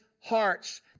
hearts